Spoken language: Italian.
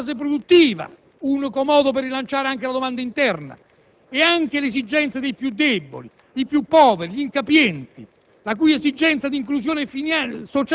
permettendo l'espansione della base produttiva, unico modo per rilanciare anche la domanda interna e l'esigenza dei più deboli, dei più poveri, degli incapienti,